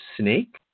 snake